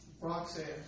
Roxanne